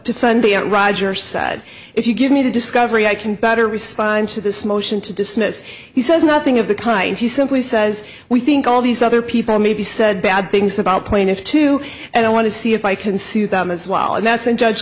to fundi out roger said if you give me the discovery i can better respond to this motion to dismiss he says nothing of the kind he simply says we think all these other people maybe said bad things about plaintiff too and i want to see if i can sue them as well and that's and judge